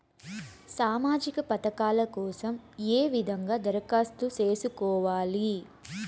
సామాజిక పథకాల కోసం ఏ విధంగా దరఖాస్తు సేసుకోవాలి